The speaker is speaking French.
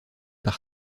par